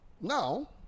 Now